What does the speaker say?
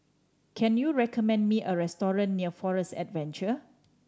can you recommend me a restaurant near Forest Adventure